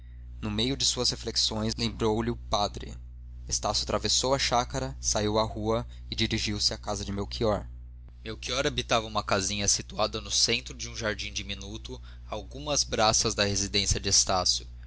no meio de suas reflexões lembrou-lhe o padre estácio atravessou a chácara saiu à rua e dirigiu-se à casa de melchior melchior habitava uma casinha situada no centro de um jardim diminuto a algumas braças da residência de estácio